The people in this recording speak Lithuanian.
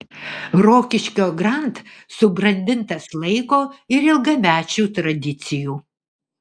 rokiškio grand subrandintas laiko ir ilgamečių tradicijų